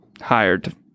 hired